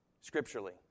Scripturally